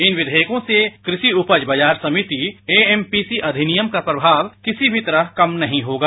इन विधेयकों से कृषि उपज बाजार समिति एएमपीसी अधिनियम का प्रभाव किसी भी तरह कम नहीं होगा